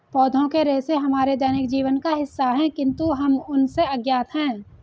पौधों के रेशे हमारे दैनिक जीवन का हिस्सा है, किंतु हम उनसे अज्ञात हैं